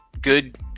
good